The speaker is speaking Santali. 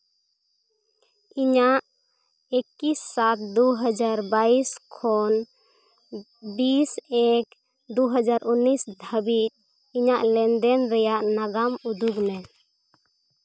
ᱤᱧᱟᱹᱜ ᱮᱠᱤᱥ ᱥᱟᱛ ᱫᱩ ᱦᱟᱡᱟᱨ ᱵᱟᱭᱤᱥ ᱠᱷᱚᱱ ᱵᱤᱥ ᱮᱠ ᱫᱩ ᱦᱟᱡᱟᱨ ᱩᱱᱤᱥ ᱫᱷᱟᱹᱵᱤᱡ ᱤᱧᱟᱹᱜ ᱞᱮᱱᱼᱫᱮᱱ ᱨᱮᱭᱟᱜ ᱱᱟᱜᱟᱢ ᱩᱫᱩᱜᱽ ᱢᱮ